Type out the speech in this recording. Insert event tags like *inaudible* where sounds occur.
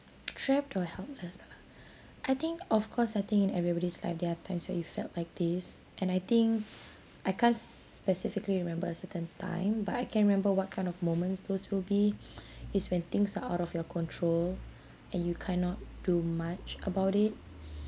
trapped or helpless ah *breath* I think of course I think in everybody's life there are times where you felt like this and I think *breath* I can't specifically remember a certain time but I can remember what kind of moments those will be *breath* it's when things are out of your control *breath* and you cannot do much about it *breath*